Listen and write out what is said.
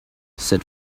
said